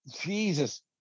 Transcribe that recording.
Jesus